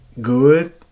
good